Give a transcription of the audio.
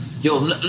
Yo